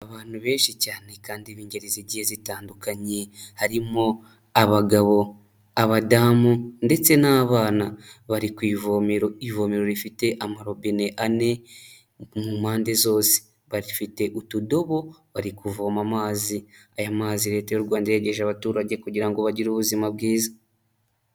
Abantu benshi cyane kandi b'ingeri zigiye zitandukanye, harimo abagabo, abadamu ndetse n'abana bari ku ivomero, ivomero rifite amarobine ane mu mpande zose, bafite utudobo bari kuvoma amazi, aya mazi Leta y'u Rwanda yayegereje abaturage kugira ngo bagire ubuzima bwiza.